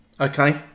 Okay